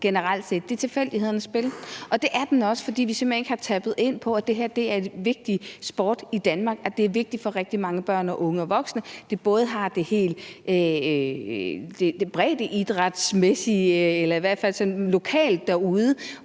set, er tilfældighedernes spil, og det er det også, fordi vi simpelt hen ikke har tappet ind i, at det her er en vigtig sport i Danmark, og at det er vigtigt for rigtig mange både børn, unge og voksne, at det har det breddeidrætsmæssige eller i hvert fald er der